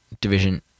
division